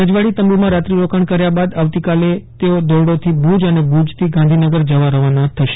રજવાડી તંબુમાં રાત્રિરોકાણ કર્યા બાદ આવતીકાલે તેઓ ધોરડોથી ભુજ અને ભુજથી ગાંધીનગર જવા રવાના થશે